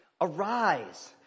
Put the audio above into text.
Arise